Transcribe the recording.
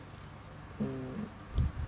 mm